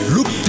Look